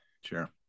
Sure